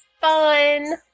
fun